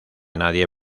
nadie